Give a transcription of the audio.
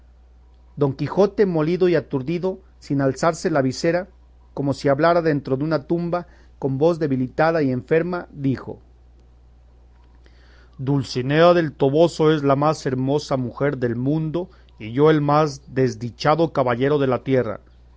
don quijote molido y aturdido sin alzarse la visera como si hablara dentro de una tumba con voz debilitada y enferma dijo dulcinea del toboso es la más hermosa mujer del mundo y yo el más desdichado caballero de la tierra